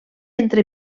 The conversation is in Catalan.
entre